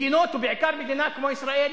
מדינות, בעיקר מדינות כמו ישראל,